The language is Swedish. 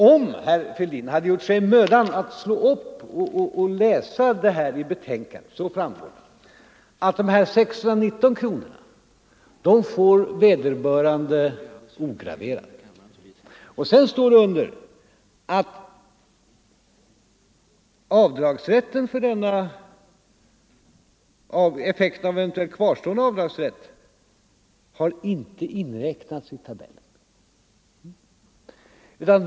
Om herr Fälldin emellertid hade gjort sig mödan att slå upp betänkandet skulle han där ha kunnat läsa att de 619 kronorna får vederbörande ograverade, och sedan står det att effekten av eventuellt kvarstående avdragsrätt inte har inräknats i tabellen.